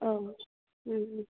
अ